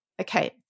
Okay